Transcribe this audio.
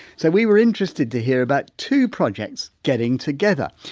so, we were interested to hear about two projects getting together.